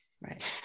Right